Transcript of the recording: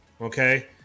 okay